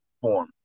form